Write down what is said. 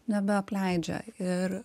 nebeapleidžia ir